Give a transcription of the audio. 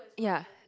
ya